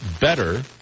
better